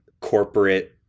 corporate